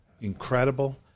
incredible